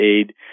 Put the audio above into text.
aid